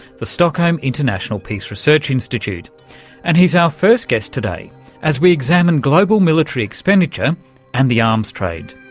the stockholm international peace research institute and he's our first guest today as we examine global military expenditure and the arms trade.